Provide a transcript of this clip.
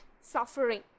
suffering